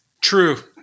True